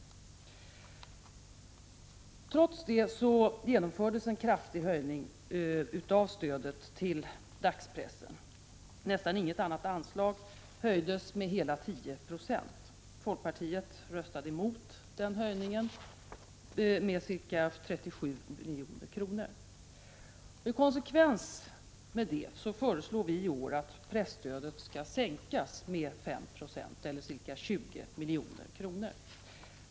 Trots det genomfördes en kraftig höjning av stödet till dagspressen. Nästan inget annat anslag höjdes med hela 10 90. Folkpartiet röstade emot den höjningen på ca 37 milj.kr. I konsekvens med detta föreslår vi i år att presstödet skall sänkas med 5 6 eller ca 20 milj.kr.